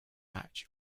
match